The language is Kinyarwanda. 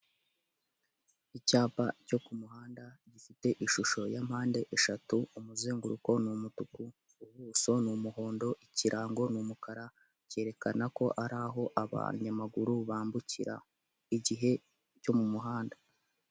Icyapa cyo ku muhanda gifite ishusho ya mpande eshatu; umuzenguruko ni umutuku, ubuso ni umuhondo, ikirango ni umukara. Cyerekana ko ari aho abanyamaguru bambukira igihe cyo mu muhanda.